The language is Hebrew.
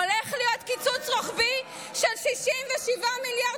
הולך להיות קיצוץ רוחבי של 76 מיליארד